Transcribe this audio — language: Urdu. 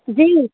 جی